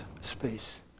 space